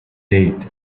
did